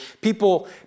people